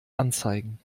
anzeigen